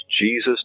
Jesus